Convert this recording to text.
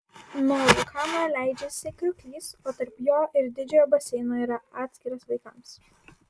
nuo vulkano leidžiasi krioklys o tarp jo ir didžiojo baseino yra atskiras vaikams